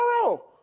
tomorrow